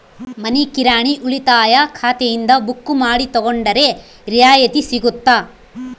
ಮನಿ ಕಿರಾಣಿ ಉಳಿತಾಯ ಖಾತೆಯಿಂದ ಬುಕ್ಕು ಮಾಡಿ ತಗೊಂಡರೆ ರಿಯಾಯಿತಿ ಸಿಗುತ್ತಾ?